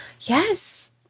Yes